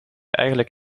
eigenlijk